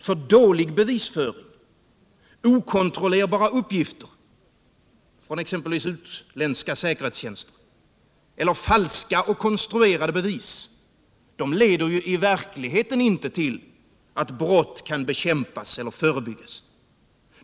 Ty dålig bevisföring, okontrollerbara uppgifter, från exempelvis utländska säkerhetstjänster, eller falska och konstruerade bevis leder ju i verkligheten inte till att brott kan bekämpas eller förebyggas.